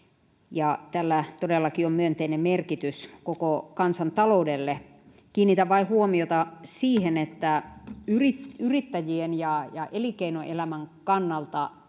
tällä todellakin on myönteinen merkitys koko kansantaloudelle kiinnitän vain huomiota siihen että toisaalta yrittäjien ja ja elinkeinoelämän kannalta